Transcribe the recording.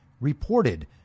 reported